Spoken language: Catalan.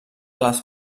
les